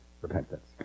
repentance